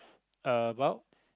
about